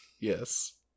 Yes